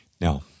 Now